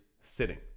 sitting